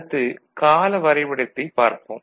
அடுத்து கால வரைபடத்தைப் பார்ப்போம்